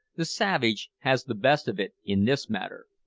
the savage has the best of it in this matter.